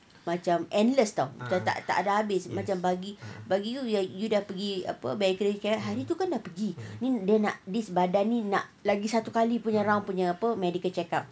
macam endless [tau] macam tak ada habis macam bagi bagi you you dah pergi medical care kan hari tu kan dah pergi ni dia nak this badan ni dia nak lagi satu kali punya round punya medical check up